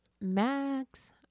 max